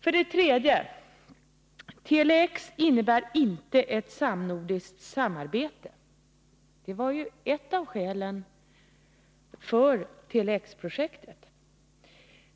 För det tredje innebär inte Tele-X ett samnordiskt samarbete. Detta var ju ett av skälen för Tele-X-projektet.